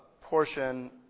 portion